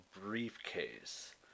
briefcase